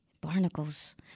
barnacles